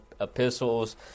epistles